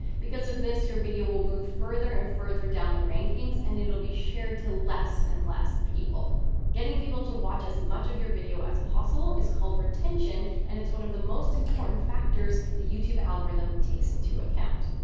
because of this, your video will move further and further down the rankings and it'll be shared to less and less people getting people to watch as much of your video as possible. it's called retention and it's one of the most important factors the youtube algorithm takes into account.